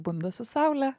bunda su saule